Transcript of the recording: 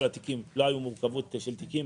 לא הייתה באירוע מורכבות של תיקים,